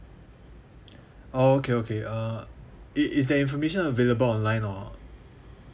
orh okay okay uh it is the information available online or